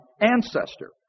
ancestor